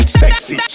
sexy